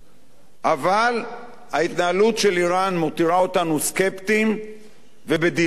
אבל ההתנהלות של אירן מותירה אותנו סקפטיים ובדילמות קשות.